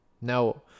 Now